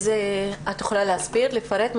את יכולה לפרט?